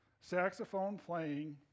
saxophone-playing